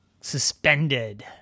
suspended